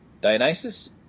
Dionysus